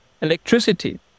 electricity